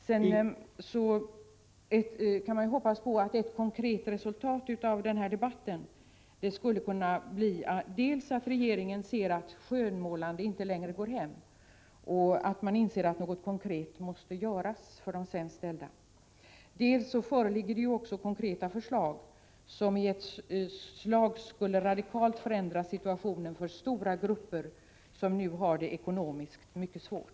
Till slut kan man hoppas på att ett konkret resultat av den här debatten skulle kunna bli att regeringen ser att skönmålande inte längre går hem och att den inser att något konkret måste göras för de sämst ställda. Det föreligger också konkreta förslag som vi har presenterat och som i ett slag radikalt skulle förändra situationen för stora grupper som nu har det ekonomiskt mycket svårt.